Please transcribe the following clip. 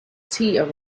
tea